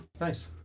Nice